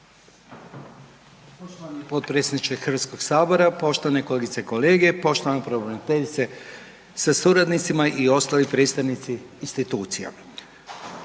Poštovani potpredsjedniče HS, poštovane kolegice i kolege, poštovana pravobraniteljice sa suradnicima i ostali predstavnici institucija.